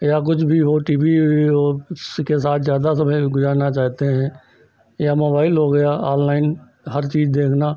या कुछ भी हो टी वी वीवी हो उसके साथ ज़्यादा समय वह गुजारना चाहते हैं या मोबाइल हो गया ऑनलाइन हर चीज़ देखना